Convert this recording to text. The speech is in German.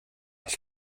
ich